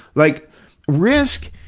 like risk!